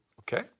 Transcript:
okay